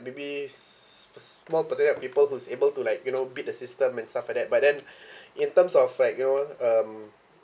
maybe s~ s~ small percentage of people who's able to like you know beat the system and stuff like that but then in terms of like you know um